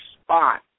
spot